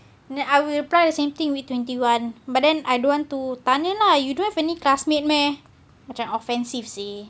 then I will reply the same thing we twenty one but then I don't want to tanya lah you don't have any classmate meh macam offensive seh